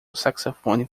saxofone